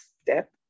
step